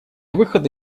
выхода